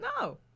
no